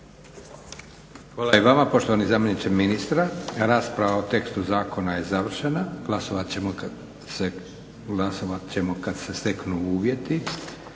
Hvala i vama poštovani zamjeniče ministra. Rasprava o tekstu zakona je završena, glasovat ćemo kad se steknu uvjeti.